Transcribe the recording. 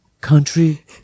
country